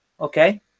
okay